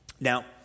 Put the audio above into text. Now